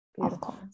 Beautiful